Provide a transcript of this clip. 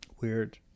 weird